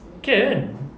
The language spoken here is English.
can